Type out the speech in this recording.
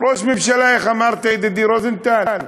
ראש הממשלה, איך אמרת ידידי רוזנטל?